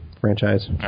franchise